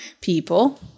People